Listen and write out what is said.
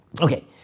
Okay